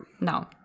No